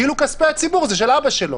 כאילו כספי הציבור זה של אבא שלו.